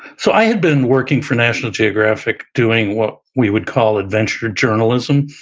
so i had been working for national geographic doing what we would call, adventure journalism.